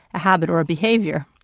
a habit or a behavior.